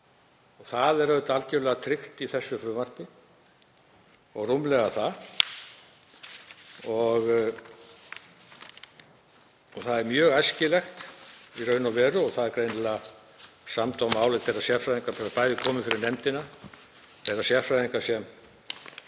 Það er algerlega tryggt í þessu frumvarpi og rúmlega það. Það er mjög æskilegt í raun og veru, og það er greinilega samdóma álit þeirra sérfræðinga sem komu fyrir nefndina, þeirra sérfræðingar sem